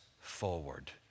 forward